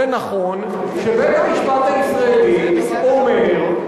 זה נכון שבית-המשפט הישראלי אומר,